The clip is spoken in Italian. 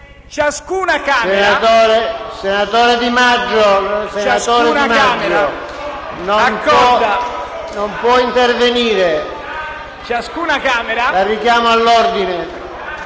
Senatore Di Maggio, non può intervenire. La richiamo all'ordine.